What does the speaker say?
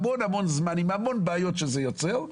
המון המון זמן עם המון בעיות שזה יוצר,